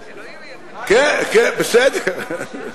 כן, בסדר.